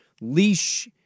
leash